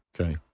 Okay